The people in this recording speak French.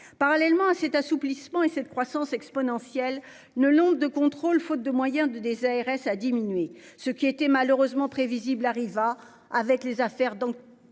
parallèlement à cet assouplissement et cette croissance exponentielle ne le nombre de contrôles, faute de moyens de des ARS a diminué, ce qui était malheureusement prévisible arriva avec les affaires donc